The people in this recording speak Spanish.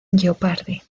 jeopardy